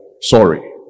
Sorry